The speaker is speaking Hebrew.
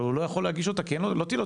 אבל הוא לא יכול להגיש אותה כי לא תהיה לו